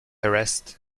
arrest